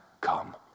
come